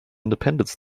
independence